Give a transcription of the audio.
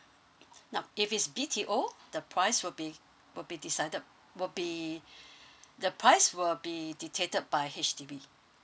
no if it's B_T_O the price will be will be decided will be the price will be detected by H_D_B